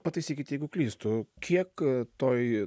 pataisykit jeigu klystu kiek toj